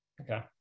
Okay